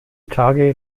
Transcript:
tage